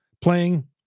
playing